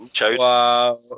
Wow